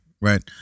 Right